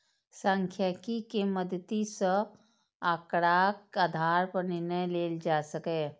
सांख्यिकी के मदति सं आंकड़ाक आधार पर निर्णय लेल जा सकैए